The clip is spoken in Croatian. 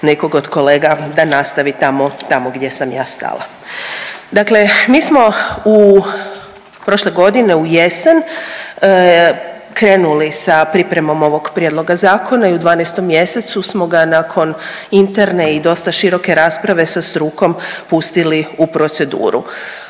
nekog od kolega da nastavi tamo, tamo gdje sam ja stala. Dakle, mi smo u, prošle godine u jesen krenuli sa pripremom ovog prijedloga zakona i u 12. mjesecu smo ga nakon interne i dosta široke rasprave sa strukom pustili u proceduru.